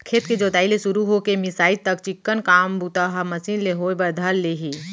खेत के जोताई ले सुरू हो के मिंसाई तक चिक्कन काम बूता ह मसीन ले होय बर धर ले हे